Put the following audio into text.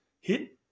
hit